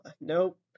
nope